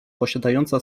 posiadająca